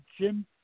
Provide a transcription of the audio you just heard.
Jim